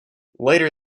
later